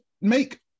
make